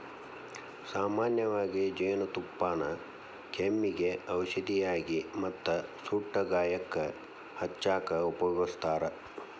ಸಾಮನ್ಯವಾಗಿ ಜೇನುತುಪ್ಪಾನ ಕೆಮ್ಮಿಗೆ ಔಷದಾಗಿ ಮತ್ತ ಸುಟ್ಟ ಗಾಯಕ್ಕ ಹಚ್ಚಾಕ ಉಪಯೋಗಸ್ತಾರ